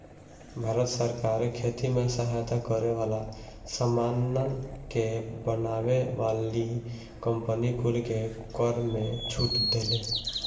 भारत सरकार खेती में सहायता करे वाला सामानन के बनावे वाली कंपनी कुल के कर में छूट देले